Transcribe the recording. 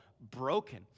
broken